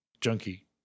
Junkie